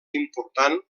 important